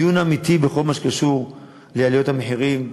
דיון אמיתי בכל מה שקשור לעליות המחירים,